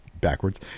backwards